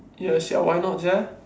ya sia why not sia